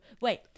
Wait